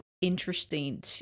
interesting